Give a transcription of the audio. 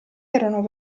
erano